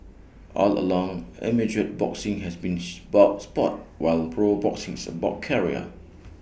all along amateur boxing has been spout Sport while pro boxing is about career